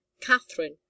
Catherine